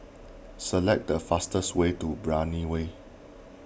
select the fastest way to Brani Way